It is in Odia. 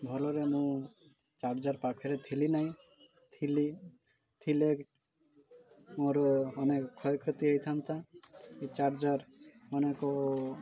ଭଲରେ ମୁଁ ଚାର୍ଜର ପାଖରେ ଥିଲି ନାହିଁ ଥିଲି ଥିଲେ ମୋର ଅନେକ କ୍ଷୟକ୍ଷତି ହେଇଥାନ୍ତା ଏହି ଚାର୍ଜର ଅନେକ